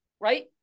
Right